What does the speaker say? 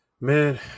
Man